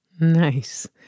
Nice